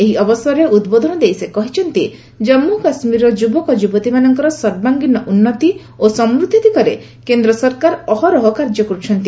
ଏହି ଅବସରରେ ଉଦ୍ବୋଧନ ଦେଇ ସେ କହିଛନ୍ତି ଜାମ୍ପୁ କାଶ୍ୱୀରର ଯୁବକ ଯୁବତୀମାନଙ୍କର ସର୍ବାଙ୍ଗୀନ ଉନ୍ନତି ଓ ସମୃଦ୍ଧି ଦିଗରେ କେନ୍ଦ୍ର ସରକାର ଅହରହ କାର୍ଯ୍ୟ କରୁଛନ୍ତି